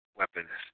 weapons